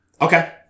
Okay